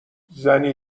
زنی